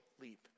leap